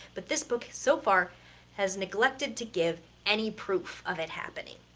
but this book so far has neglected to give any proof of it happening.